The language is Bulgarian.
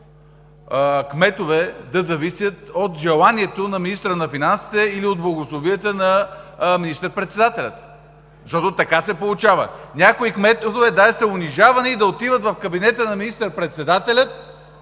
кметове да зависят от желанието на министъра на финансите или от благословията на министър-председателя, защото така се получава. Някои кметове даже са унижавани да отиват в кабинета на министър-председателя,